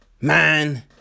Man